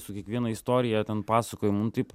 su kiekviena istorija ten pasakojo mum taip